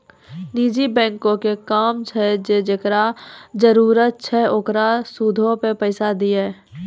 निजी बैंको के काम छै जे जेकरा जरुरत छै ओकरा सूदो पे पैसा दिये